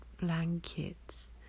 blankets